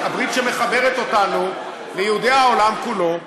הברית שמחברת אותנו ליהודי העולם כולו,